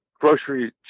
grocery